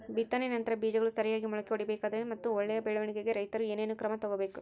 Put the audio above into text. ಬಿತ್ತನೆಯ ನಂತರ ಬೇಜಗಳು ಸರಿಯಾಗಿ ಮೊಳಕೆ ಒಡಿಬೇಕಾದರೆ ಮತ್ತು ಒಳ್ಳೆಯ ಬೆಳವಣಿಗೆಗೆ ರೈತರು ಏನೇನು ಕ್ರಮ ತಗೋಬೇಕು?